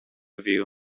view